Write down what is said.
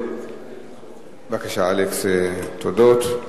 בבקשה, אלכס, תודות.